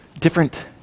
different